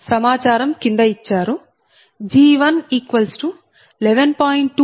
సమాచారం కింద ఇచ్చారు G1 11